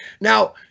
now